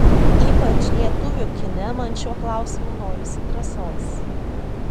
ypač lietuvių kine man šiuo klausimu norisi drąsos